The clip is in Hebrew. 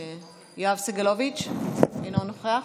יואב סגלוביץ' אינו נוכח.